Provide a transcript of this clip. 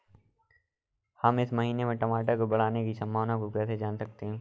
हम इस महीने में टमाटर के बढ़ने की संभावना को कैसे जान सकते हैं?